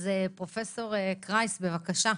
פרופ' קרייס, בבקשה.